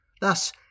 thus